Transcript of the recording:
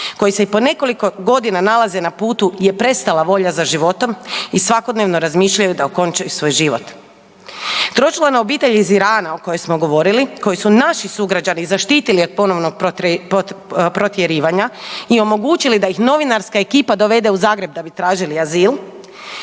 koji se i po nekoliko godina nalaze na putu je prestala volja za životom i svakodnevno razmišljaju da okončaju svoj život. Tročlana obitelj iz Irana o kojoj smo govorili, koje su naši sugrađani zaštiti od ponovnog protjerivanja i omogućili da ih novinarska ekipa dovede u Zagreb da bi tražili azil,